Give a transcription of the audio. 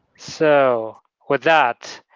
so with that,